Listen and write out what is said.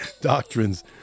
doctrines